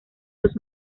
los